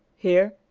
here,